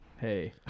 Hey